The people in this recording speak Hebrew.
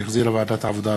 שהחזירה ועדת העבודה,